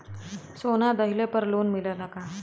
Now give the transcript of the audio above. सोना दहिले पर लोन मिलल का?